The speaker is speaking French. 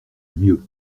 mieux